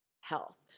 health